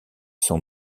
sont